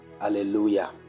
hallelujah